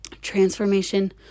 transformation